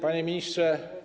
Panie Ministrze!